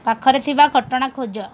ପାଖରେ ଥିବା ଘଟଣା ଖୋଜ